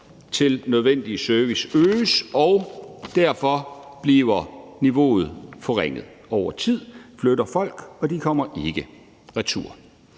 den nødvendige service øges, og derfor bliver niveauet forringet. Over tid flytter folk, og de kommer ikke retur.